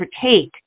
partake